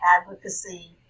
advocacy